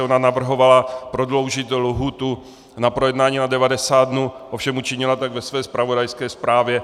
Ona navrhovala prodloužit lhůtu na projednání na 90 dnů, ovšem učinila tak ve své zpravodajské zprávě.